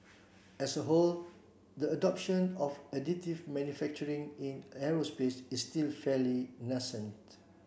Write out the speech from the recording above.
as a whole the adoption of additive manufacturing in aerospace is still fairly nascent